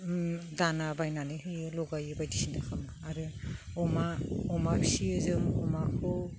दाना बायनानै होयो लगायो बायदिसिना खालामो आरो अमा अमा फिसियो जों अमाखौ